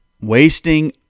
Wasting